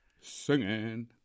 singing